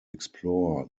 explore